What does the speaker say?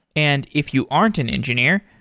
and if you aren't an engineer,